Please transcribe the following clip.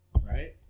Right